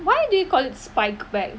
why do you call it spike bag